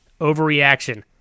Overreaction